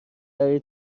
برای